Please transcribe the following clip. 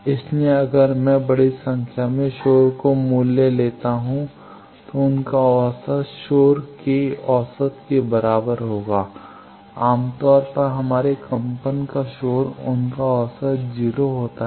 इसलिए अगर मैं बड़ी संख्या में शोर मूल्यों को लेता हूं तो उनका औसत शोर के औसत के बराबर होगा आमतौर पर हमारे कंपन का शोर उनका औसत 0 का होता है